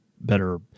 better